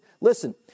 Listen